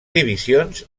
divisions